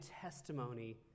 testimony